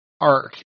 arc